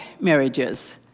marriages